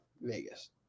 Vegas